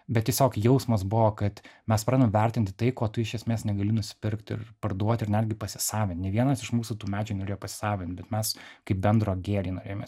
bet tiesiog jausmas buvo kad mes pradedam vertinti tai ko tu iš esmės negali nusipirkt ir parduot ir netgi pasisavint ne vienas iš mūsų tų medžių norėjo pasisavint bet mes kaip bendro gėrį norėjome